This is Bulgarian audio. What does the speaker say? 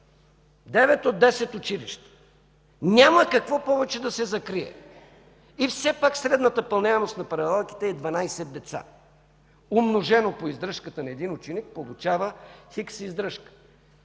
9 от 10 училища. Няма какво повече да се закрие. И все пак средната пълняемост на паралелките е 12 деца – умножено по издръжката на един ученик, получава хикс издръжка.